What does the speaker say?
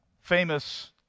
famous